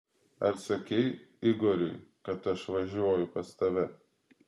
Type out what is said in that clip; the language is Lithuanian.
ar sakei igoriui kad aš važiuoju pas tave